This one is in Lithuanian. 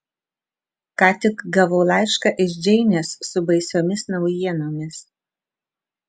ką tik gavau laišką iš džeinės su baisiomis naujienomis